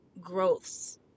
growths